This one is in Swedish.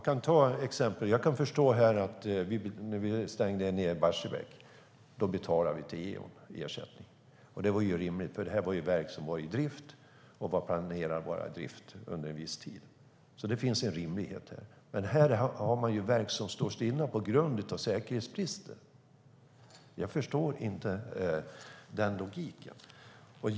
Jag kan förstå att vi betalade ersättning till Eon när vi stängde ned Barsebäck. Det var rimligt, för det var ett verk som var i drift och var planerat att vara i drift under en viss tid. Det fanns en rimlighet där, men här är det verk som står stilla på grund av säkerhetsbrister. Jag förstår inte logiken.